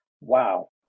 wow